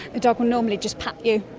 the dog will normally just pat you.